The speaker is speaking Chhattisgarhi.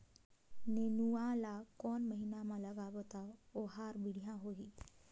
नेनुआ ला कोन महीना मा लगाबो ता ओहार बेडिया होही?